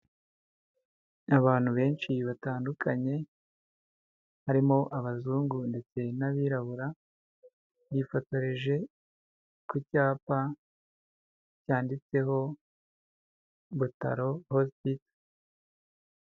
Abantu benshi batandukanye harimo abazungu ndetse n'abirabura yifotoreje ku cyapa cyanditseho butalo hosipito.